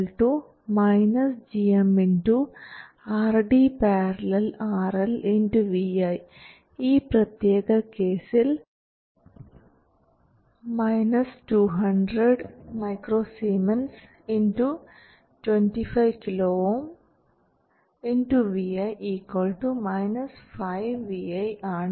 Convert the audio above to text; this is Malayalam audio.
vDS gmRD ║RL vi ഈ പ്രത്യേക കേസിൽ 200µS 25kΩ vi 5vi ആണ്